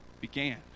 began